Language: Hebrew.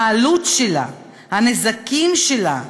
העלות שלה, הנזקים שלה,